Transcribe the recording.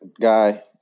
guy